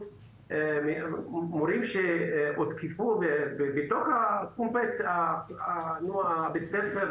והיו מורים שהותקפו בתוך שטח בית הספר,